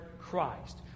Christ